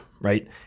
right